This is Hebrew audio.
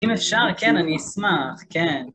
אם אפשר, כן, אני אשמח, כן.